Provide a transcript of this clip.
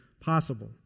possible